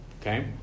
Okay